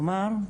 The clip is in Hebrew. כלומר,